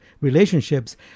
relationships